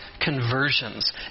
conversions